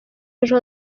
ejo